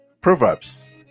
Proverbs